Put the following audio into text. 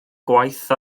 gwaith